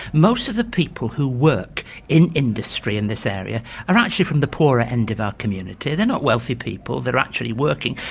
most of the people who work in industry in this area are actually from the poorer end of our community. they're not wealthy people. they're actually working.